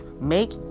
make